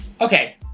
okay